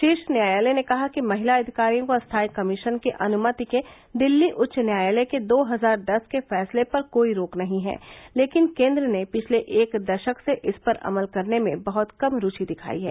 शीर्ष न्यायालय ने कहा कि महिला अधिकारियों को स्थाई कमीशन की अनुमति के दिल्ली उच्च न्यायालय के दो हजार दस के फैसले पर कोई रोक नहीं है लेकिन केन्द्र ने पिछले एक दशक से इस पर अमल करने में बहुत कम रूचि दिखाई है